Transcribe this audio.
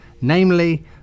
namely